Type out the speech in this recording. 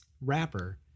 wrapper